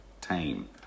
tame